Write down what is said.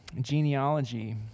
genealogy